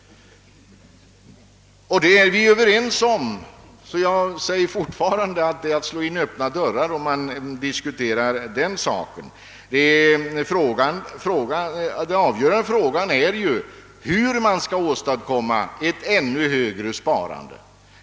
Det är vi överens om, och därför säger jag fortfarande att det är att slå in öppna dörrar, när man diskuterar den saken. Den avgörande frågan är hur man skall åstadkomma ett ännu högre sparande.